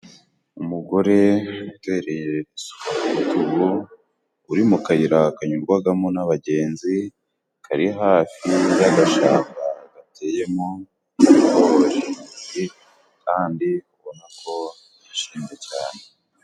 Umugore uteruye isuka gurutugu, uri mu kayira kanyurwamo n'abagenzi, kari hafi y'agashyamba gateyemo ibigori, kandi ubona ko yishimye cyane.